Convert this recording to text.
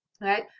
right